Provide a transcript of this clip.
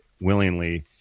willingly